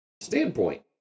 standpoint